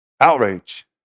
outrage